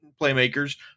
playmakers